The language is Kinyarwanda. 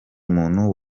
muntu